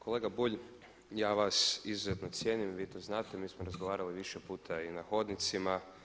Kolega Bulj ja vas izuzetno cijenim i vi to znate mi smo razgovarali više puta i na hodnicima.